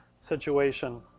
situation